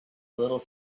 little